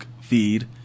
feed